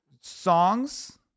Songs